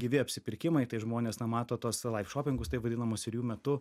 gyvi apsipirkimai tai žmonės na mato tos laiv šopingus taip vadinamus ir jų metu